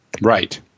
Right